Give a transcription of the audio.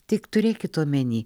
tik turėkit omeny